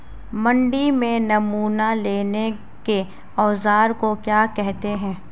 मंडी में नमूना लेने के औज़ार को क्या कहते हैं?